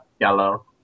yellow